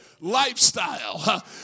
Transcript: lifestyle